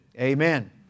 Amen